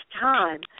time